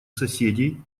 соседей